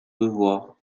devoir